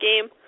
game